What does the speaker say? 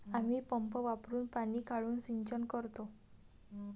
आम्ही पंप वापरुन पाणी काढून सिंचन करतो